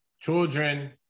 children